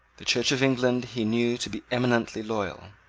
the church of england he knew to be eminently loyal.